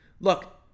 Look